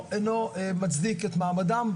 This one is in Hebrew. אינו מצדיק את מעמדם,